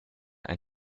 ein